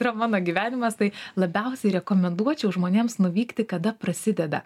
yra mano gyvenimas tai labiausiai rekomenduočiau žmonėms nuvykti kada prasideda